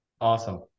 Awesome